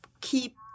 keep